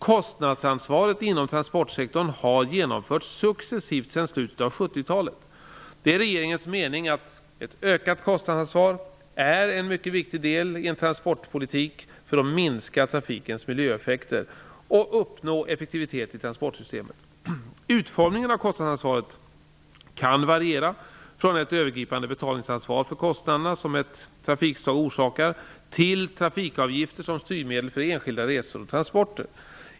Kostnadsansvaret inom transportsektorn har genomförts successivt sedan slutet av 1970-talet. Det är regeringens mening att ett ökat kostnadsansvar är en mycket viktig del i en trafikpolitik för att minska trafikens miljöeffekter och uppnå effektivitet i transportsystemet. Utformningen av kostnadsansvaret kan variera från ett övergripande betalningsansvar för de kostnader som ett trafikslag orsakar till trafikavgifter som styrmedel för enskilda resor och transporter.